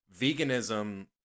veganism